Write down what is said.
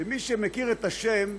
ומי שמכיר את השם,